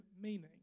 meaning